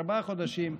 ארבעה חודשים,